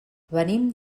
venim